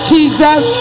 Jesus